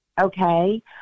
Okay